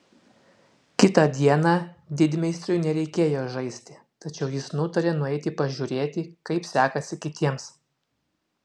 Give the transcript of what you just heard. kitą dieną didmeistriui nereikėjo žaisti tačiau jis nutarė nueiti pažiūrėti kaip sekasi kitiems